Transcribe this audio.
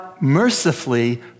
mercifully